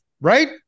right